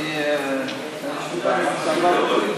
אין לי שום בעיה.